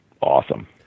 awesome